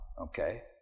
Okay